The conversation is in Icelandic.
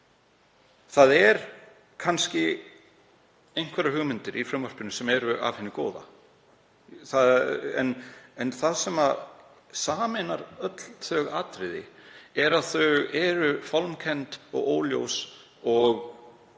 Það eru kannski einhverjar hugmyndir í frumvarpinu af hinu góða en það sem sameinar öll þau atriði er að þau eru fálmkennd og óljós og byggja